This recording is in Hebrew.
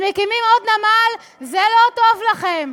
שמקימים עוד נמל זה לא טוב לכם,